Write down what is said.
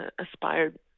aspired